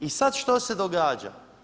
I sada što se događa?